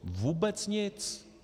Vůbec nic.